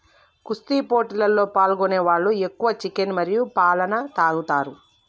కుస్తీ పోటీలలో పాల్గొనే వాళ్ళు ఎక్కువ చికెన్ మరియు పాలన తాగుతారు